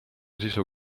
sisu